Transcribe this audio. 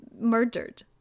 murdered